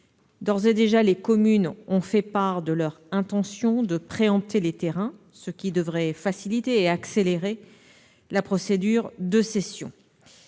D'ores et déjà, les communes ont fait part de leur intention de préempter les terrains, ce qui devrait faciliter et accélérer la procédure de cession.